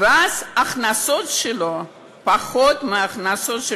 ואז ההכנסות שלו הן פחות מההכנסות של